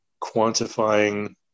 quantifying